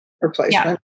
replacement